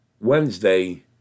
Wednesday